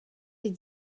des